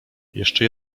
jeszcze